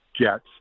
jets